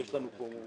זה כמו המטוס,